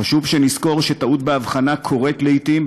חשוב שנזכור שטעות בהבחנה קורית לעתים,